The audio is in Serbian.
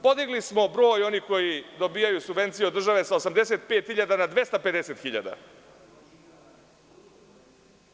Podigli smo broj onih koji dobijaju subvencije od države sa 85 hiljada na 250 hiljada.